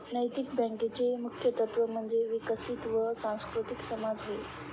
नैतिक बँकेचे मुख्य तत्त्व म्हणजे विकसित व सुसंस्कृत समाज होय